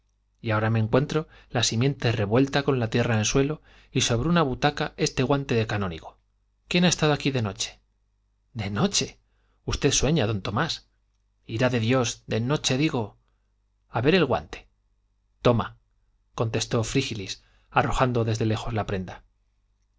y ahora me encuentro la simiente revuelta con la tierra en el suelo y sobre una butaca este guante de canónigo quién ha estado aquí de noche de noche usted sueña d tomás ira de dios de noche digo a ver el guante toma contestó frígilis arrojando desde lejos la prenda